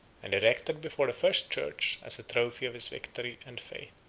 and erected before the first church as a trophy of his victory and faith.